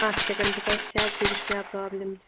اَکھ سیٚکَنٛڈ بہٕ کَر چیک بہٕ وُچھٕ کیٛاہ پرابلِم